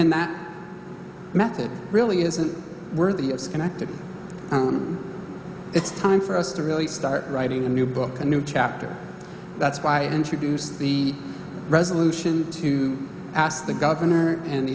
and that method really isn't worthy of schenectady it's time for us to really start writing a new book a new chapter that's why i introduced the resolution to ask the governor and